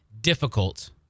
difficult